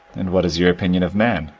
and what is your opinion of man?